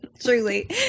truly